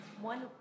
One